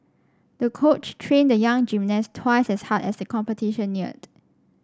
the coach trained the young gymnast twice as hard as the competition neared